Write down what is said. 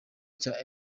cya